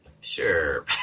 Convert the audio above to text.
sure